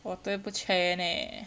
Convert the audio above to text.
我对不起你